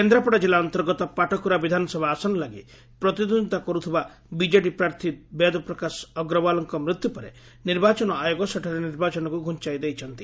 କେନ୍ଦ୍ରାପଡା ଜିଲ୍ଲା ଅନ୍ତର୍ଗତ ପାଟକୁରା ବିଧାନସଭା ଆସନଲାଗି ପ୍ରତିଦ୍ୱନ୍ଦିତା କରୁଥିବା ବିକେଡି ପ୍ରାର୍ଥୀ ବେଦପ୍ରକାଶ ଅଗ୍ରଓ୍ୱାଲକ ମୃତ୍ଧୁ ପରେ ନିର୍ବାଚନ ଆୟୋଗ ସେଠାରେ ନିର୍ବାଚନକୁ ଘୁଞ୍ଚାଇ ଦେଇଛନ୍ତି